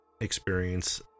experience